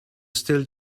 still